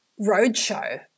roadshow